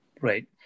Right